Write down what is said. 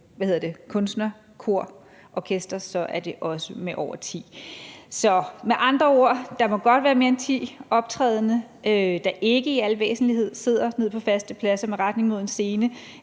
kunstner, kor, orkester, er det også med over ti. Så med andre ord: Der må godt være mere end ti optrædende, der ikke i al væsentlighed sidder ned på faste pladser med retning mod en scene